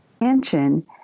attention